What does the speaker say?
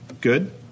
good